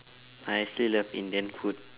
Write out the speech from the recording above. I still love indian food